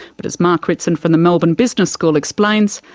but as mark ritson from the melbourne business school explains,